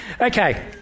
Okay